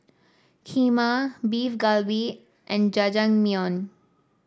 Kheema Beef Galbi and Jajangmyeon